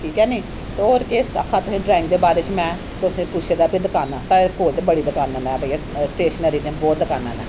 ठीक है नेईं ते होर केह् आखां तुसें गी ड्राइंग दे बारे च में तुसें पुच्छे दा भाई दकानां साढ़े कोल ते बड़ी दकानां न भाई स्टेशनरी दियां बहुत दकानां न